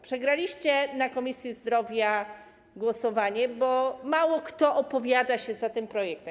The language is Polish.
Przegraliście w Komisji Zdrowia głosowanie, bo mało kto opowiada się za tym projektem.